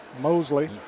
Mosley